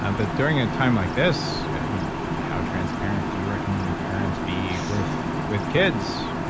ah but during a time like this i mean how transparent do you recommend parents be with with kids?